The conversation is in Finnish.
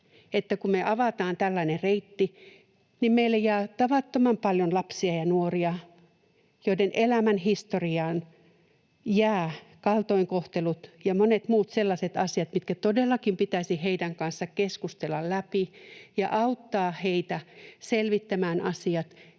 että kun me avataan tällainen reitti, niin meille jää tavattoman paljon lapsia ja nuoria, joiden elämänhistoriaan jäävät kaltoinkohtelut ja monet muut sellaiset asiat, mitkä todellakin pitäisi heidän kanssaan keskustella läpi ja auttaa heitä selvittämään asiat